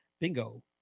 Bingo